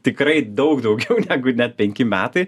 tikrai daug daugiau negu net penki metai